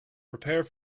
prepare